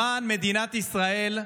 למען מדינת ישראל: